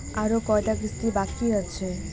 আরো কয়টা কিস্তি বাকি আছে?